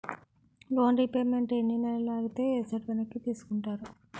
Loan repayment ఎన్ని నెలలు ఆగితే ఎసట్ వెనక్కి తీసుకుంటారు?